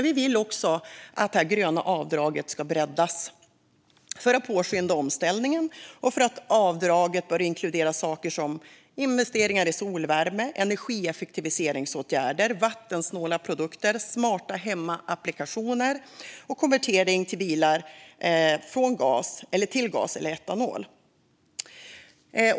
Vi vill dock att det gröna avdraget ska breddas för att påskynda omställningen och inkludera saker som investeringar i solvärme, energieffektiviseringsåtgärder, vattensnåla produkter, smarta hem-applikationer och konvertering av bilar till gas eller etanol.